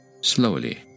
slowly